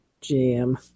Jam